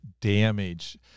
damage